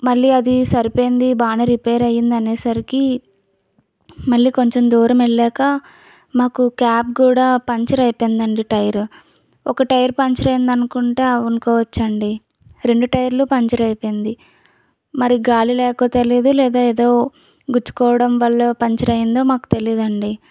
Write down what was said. మళ్ళీ అది సరిపోయింది బానే రిపేర్ అయింది అనేసరికి మళ్ళీ కొంచెం దూరం వెళ్ళాక మాకు క్యాబ్ కూడా పంచర్ అయిపోయిందండి టైర్ ఒక టైర్ పంచర్ అయింది అనుకుంటే అనుకోవచ్చండి రెండు టైర్లు పంచర్ అయిపోయింది మరి గాలి లేకో తెలీదు లేదా ఏదో గుచ్చుకోవడం వల్లో పంచర్ అయిందో మాకు తెలీదండి